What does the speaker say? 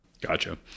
Gotcha